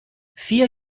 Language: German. vier